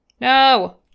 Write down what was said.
No